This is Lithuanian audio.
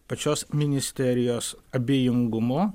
pačios ministerijos abejingumu